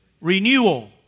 renewal